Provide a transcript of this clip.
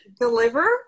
deliver